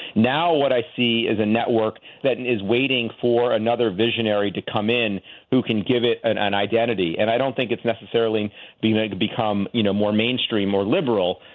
now what i see is a network that is waiting for another visionary to come in who can give it and an identity, and i don't think it's necessarily being made to become, you know, more mainstream, more liberal.